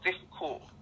difficult